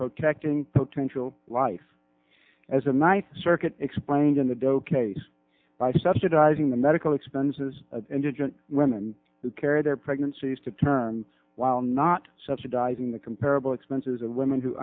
protecting potential life as a night circuit explained in the doe case by subsidizing the medical expenses of indigent women who carried their pregnancies to term while not subsidizing the comparable expenses of women who